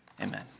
Amen